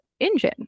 engine